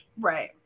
right